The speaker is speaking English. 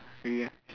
really ah